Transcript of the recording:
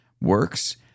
works